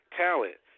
talent